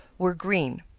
were green.